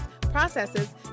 processes